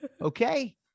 Okay